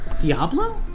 Diablo